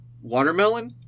Watermelon